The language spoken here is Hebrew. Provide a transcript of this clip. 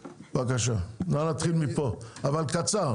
בבקשה, נא להתחיל מפה, אבל קצר.